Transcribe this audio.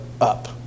up